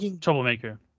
Troublemaker